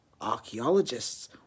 archaeologists